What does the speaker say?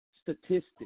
statistics